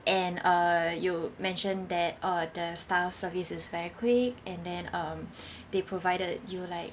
and uh you mentioned that uh the staff service is very quick and then um they provided you like